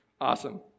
Awesome